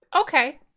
Okay